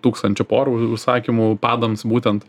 tūkstančio porų užsakymų padams būtent